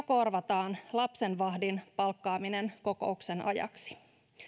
korvataan lapsenvahdin palkkaaminen kokouksen ajaksi